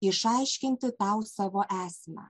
išaiškinti tau savo esmę